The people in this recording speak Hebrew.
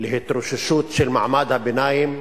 להתרוששות של מעמד הביניים,